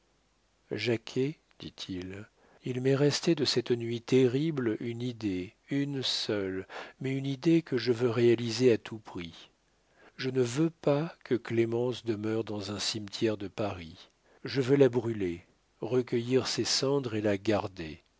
jacquet dit-il il m'est resté de cette nuit terrible une idée une seule mais une idée que je veux réaliser à tout prix je ne veux pas que clémence demeure dans un cimetière de paris je veux la brûler recueillir ses cendres et la garder